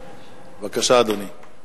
מדי, בבקשה, אדוני.